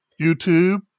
YouTube